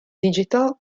digital